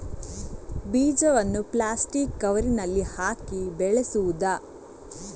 ಬೀಜವನ್ನು ಪ್ಲಾಸ್ಟಿಕ್ ಕವರಿನಲ್ಲಿ ಹಾಕಿ ಬೆಳೆಸುವುದಾ?